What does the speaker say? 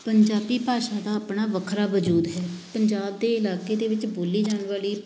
ਪੰਜਾਬੀ ਭਾਸ਼ਾ ਦਾ ਆਪਣਾ ਵੱਖਰਾ ਵਜੂਦ ਹੈ ਪੰਜਾਬ ਦੇ ਇਲਾਕੇ ਦੇ ਵਿੱਚ ਬੋਲੀ ਜਾਣ ਵਾਲੀ